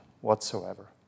whatsoever